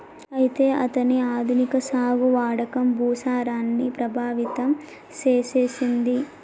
అయితే అతని ఆధునిక సాగు వాడకం భూసారాన్ని ప్రభావితం సేసెసింది